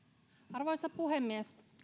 arvoisa puhemies